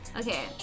okay